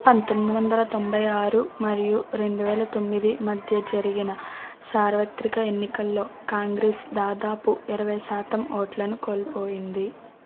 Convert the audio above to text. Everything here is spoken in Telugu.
పంతొమ్మిది వందల తొంభై ఆరు మరియు రెండు వేల తొమ్మిది మధ్య జరిగిన సార్వత్రిక ఎన్నికల్లో కాంగ్రెస్ దాదాపు ఇరవై శాతం ఓట్లను కోల్పోయింది